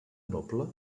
noble